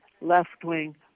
left-wing